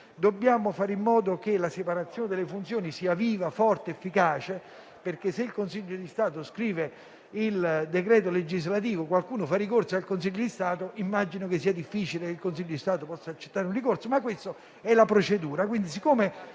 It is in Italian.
Dobbiamo fare in modo che la separazione delle funzioni sia viva, forte ed efficace, perché, se il Consiglio di Stato scrive il decreto legislativo e qualcuno fa ricorso al Consiglio di Stato, immagino che sia difficile che il Consiglio di Stato stesso possa accettarlo, ma questa è la procedura.